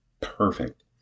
perfect